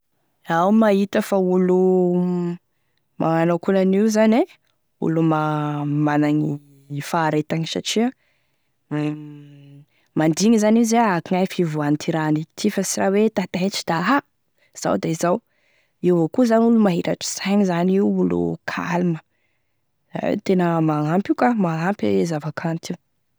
Iaho mahita fa olo magnano akonan'io zany e olo ma- managny faharetany satria mandigny zany izy hoe akognaia e fivohane ty raha aniko ty zany fa sy raha hoe taitaitry da izao da izao, io avao koa zany olo mahiratry saigny zany da io olo calme a tegna magnampy io ka, magnampy e zava-kanto io.